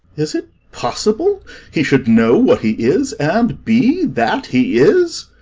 is it possible he should know what he is, and be that he is?